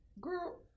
Girl